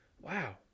Wow